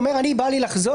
הוא אומר "בא לי לחזור",